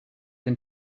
than